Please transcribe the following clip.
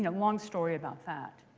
long story about that.